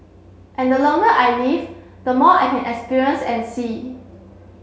and the longer I live the more I can experience and see